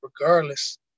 regardless